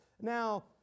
Now